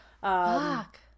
Fuck